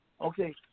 Okay